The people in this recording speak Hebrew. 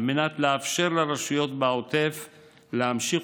על מנת לאפשר לרשויות בעוטף להמשיך